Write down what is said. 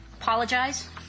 apologize